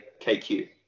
KQ